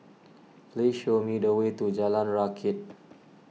please show me the way to Jalan Rakit